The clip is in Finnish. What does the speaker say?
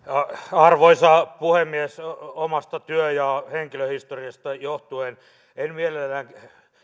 arvoisa puhemies omasta työ ja henkilöhistoriasta johtuen en mielelläni